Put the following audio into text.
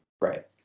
Right